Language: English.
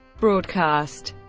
broadcast